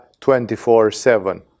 24-7